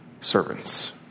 servants